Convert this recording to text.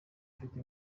ufite